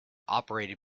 operated